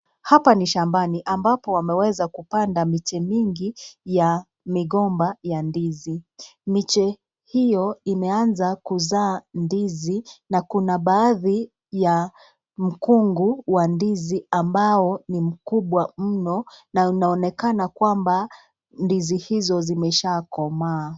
Hapa ni shambani ambapo wameweza kupanda miche mingi ya migomba ya ndizi. Miche hiyo imeanza kuzaa ndizi na kuna baadhi ya mkungu wa ndizi ambao ni mkubwa mno, na unaonekana kwamba ndizi hizo zimeshaa komaa.